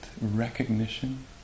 recognition